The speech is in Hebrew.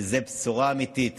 זו בשורה אמיתית